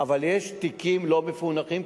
אבל יש תיקים לא מפוענחים,